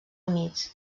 units